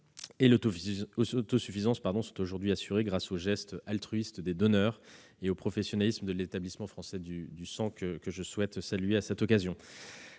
et l'autosuffisance sont aujourd'hui assurés grâce au geste altruiste des donneurs et au professionnalisme de l'Établissement français du sang. La gestion personnalisée